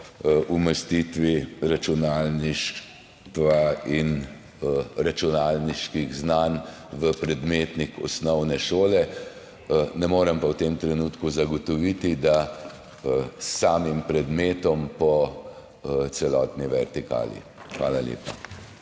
o umestitvi računalništva in računalniških znanj v predmetnik osnovne šole, ne morem pa v tem trenutku zagotoviti, da s samim predmetom po celotni vertikali. Hvala lepa.